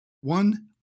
one